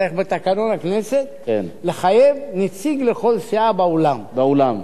צריך בתקנון הכנסת לחייב נציג לכל סיעה באולם באולם.